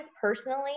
personally